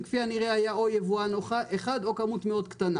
כפי הנראה היה יבואן אחד או כמות קטנה מאוד.